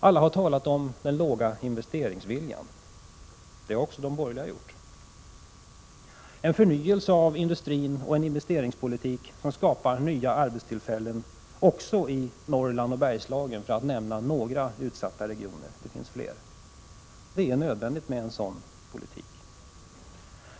Alla har talat om den låga investeringsviljan. Det har också de borgerliga gjort. En politik som ger förnyelse av industrin och en investeringspolitik som skapar nya arbetstillfällen också i Norrland och Bergslagen — för att nämna några utsatta regioner; det finns fler — är nödvändig.